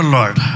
Lord